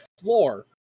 floor